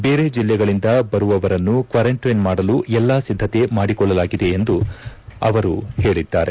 ಬೇರೆ ಜಲ್ಲೆಗಳಿಂದ ಬರುವವರನ್ನು ಕ್ವಾರಂಟೈನ್ ಮಾಡಲು ಎಲ್ಲಾ ಸಿದ್ದತೆ ಮಾಡಿಕೊಳ್ಳಲಾಗಿದೆ ಎಂದು ಅವರು ಹೇಳಿದ್ದಾರೆ